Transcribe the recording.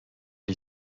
die